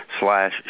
slash